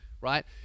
right